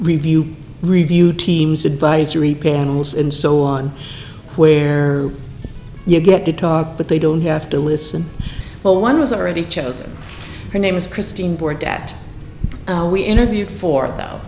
review review teams advisory panels and so on where you get to talk but they don't have to listen well one was already chosen her name is christine board that we interviewed for though